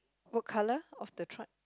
what colour of the truck